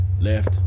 Left